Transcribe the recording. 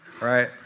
right